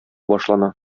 башлана